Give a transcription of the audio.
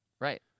Right